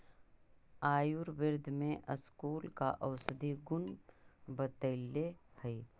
आयुर्वेद में स्कूल का औषधीय गुण बतईले हई